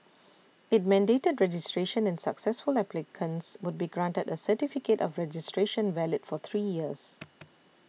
it mandated registration and successful applicants would be granted a certificate of registration valid for three years